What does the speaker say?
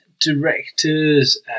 directors